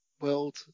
world